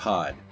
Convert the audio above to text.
Pod